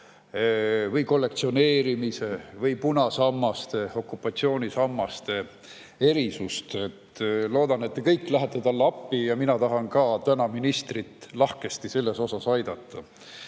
kollektsioneerimise ning punasammaste, okupatsioonisammaste erisust. Loodan, et te kõik lähete talle appi. Mina tahan ka täna ministrit lahkesti selles aidata.